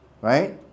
right